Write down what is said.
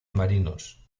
marinos